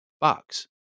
box